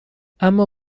اما